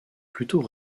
plutôt